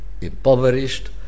impoverished